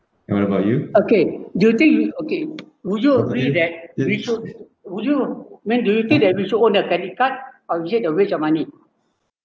what about you okay do you think you okay would you agree that we should would you do you think that we should own a credit card or is it uh waste your money